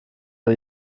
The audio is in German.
nur